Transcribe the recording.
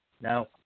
Now